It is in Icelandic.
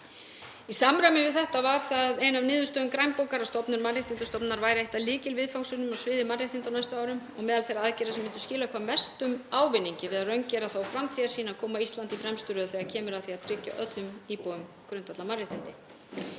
Í samræmi við þetta var það ein af niðurstöðum grænbókar að stofnun mannréttindastofnunar væri eitt af lykilviðfangsefnum á sviði mannréttinda á næstu árum og meðal þeirra aðgerða sem myndu skila hvað mestum ávinningi við að raungera þá framtíðarsýn að koma Íslandi í fremstu röð þegar kemur að því að tryggja öllum íbúum grundvallarmannréttindi.